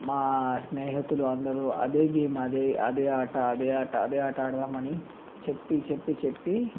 మా స్నేహితులు అందరూ అదే గేమ్ అదే అదే ఆట అదే ఆట అదే ఆట ఆడదామని చెప్పి చెప్పి చెప్పి